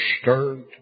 stirred